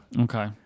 Okay